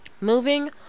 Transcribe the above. Moving